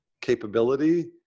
capability